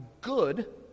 good